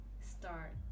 start